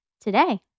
today